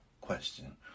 question